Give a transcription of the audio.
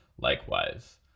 likewise